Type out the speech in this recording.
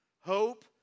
hope